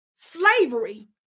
Slavery